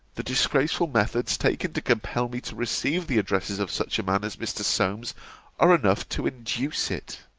the disgraceful methods taken to compel me to receive the addresses of such a man as mr. solmes are enough to induce it.